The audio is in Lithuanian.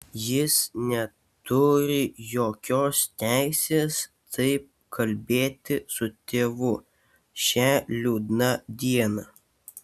jis neturi jokios teisės taip kalbėti su tėvu šią liūdną dieną